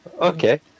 Okay